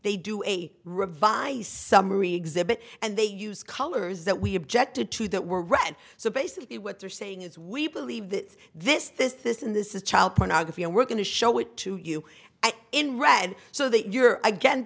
they do a revise summary exhibit and they use colors that we objected to that were red so basically what they're saying is we believe that this this this in this is child pornography and we're going to show it to you in red so that you're again